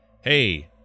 Hey